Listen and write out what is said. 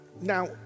now